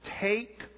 Take